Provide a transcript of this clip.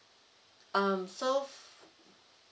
um so